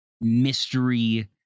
mystery